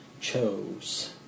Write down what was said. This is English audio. chose